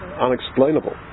unexplainable